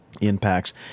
impacts